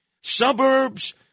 suburbs